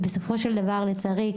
כי בסופו של דבר לצערי,